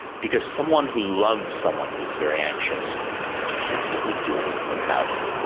because someone who loves someone who is very anxious can't really do anything about it.